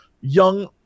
young